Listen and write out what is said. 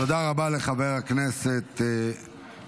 תודה רבה לחבר הכנסת מלביצקי.